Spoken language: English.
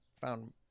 found